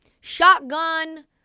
Shotgun